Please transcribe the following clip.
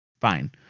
fine